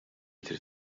trid